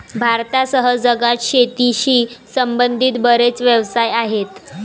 भारतासह जगात शेतीशी संबंधित बरेच व्यवसाय आहेत